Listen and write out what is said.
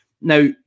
Now